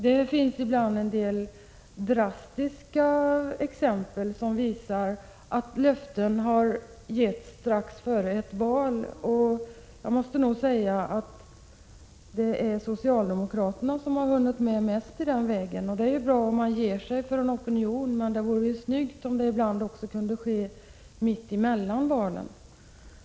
Det finns en del drastiska exempel som visar att löften har getts strax före ett val. Socialdemokraterna tycks ha gjort mest i den vägen. Det är bra om man ger sig för en opinion, men det vore snyggt om det kunde ske också mellan valen.